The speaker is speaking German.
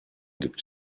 gibt